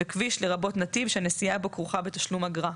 וכביש, לרבות נתיב שהנסיעה בו כרוכה בתשלום אגרה.